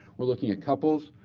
we're looking at couples,